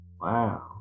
Wow